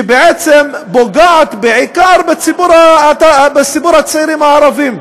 שבעצם פוגעת בעיקר בציבור הצעירים הערבים.